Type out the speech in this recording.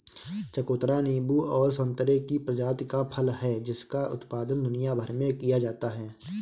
चकोतरा नींबू और संतरे की प्रजाति का फल है जिसका उत्पादन दुनिया भर में किया जाता है